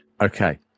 Okay